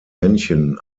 männchen